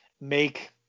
make